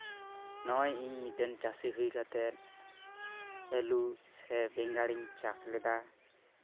ᱱᱚᱜᱼᱚᱸᱭ ᱤᱧ ᱢᱤᱫᱴᱮᱱ ᱪᱟᱹᱥᱤ ᱦᱩᱭ ᱠᱟᱛᱮᱫ ᱟᱹᱞᱩ ᱥᱮ ᱵᱮᱸᱜᱟᱲ ᱤᱧ ᱪᱟᱥ ᱞᱮᱫᱟ